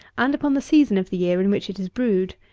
and upon the season of the year in which it is brewed.